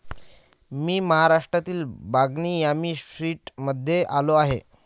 मी महाराष्ट्रातील बागनी यामी स्वीट्समध्ये आलो आहे